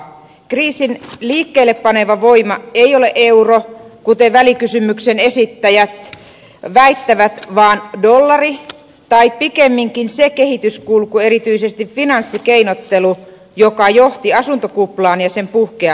kriisin liikkeellepaneva voima ei ole euro kuten välikysymyksen esittäjät väittävät vaan dollari tai pikemminkin se kehityskulku erityisesti finanssikeinottelu joka johti asuntokuplaan ja sen puhkeamiseen